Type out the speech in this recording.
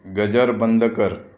गजर बंद कर